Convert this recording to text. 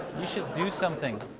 you should do something.